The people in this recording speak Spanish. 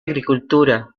agricultura